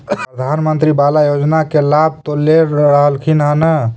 प्रधानमंत्री बाला योजना के लाभ तो ले रहल्खिन ह न?